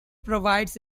provides